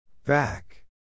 Back